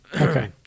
Okay